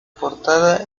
portada